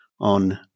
on